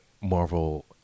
Marvel